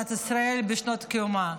במדינת ישראל בשנות קיומה.